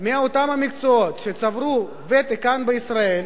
מאותם המקצועות וצברו ותק כאן בישראל,